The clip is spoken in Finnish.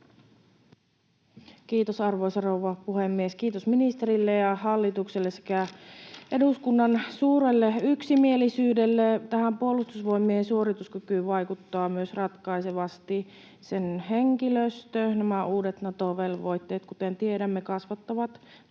Kiitos, arvoisa rouva puhemies! Kiitos ministerille ja hallitukselle sekä eduskunnan suurelle yksimielisyydelle. Puolustusvoimien suorituskykyyn vaikuttaa ratkaisevasti myös sen henkilöstö. Nämä uudet Nato-velvoitteet, kuten tiedämme, kasvattavat